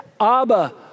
Abba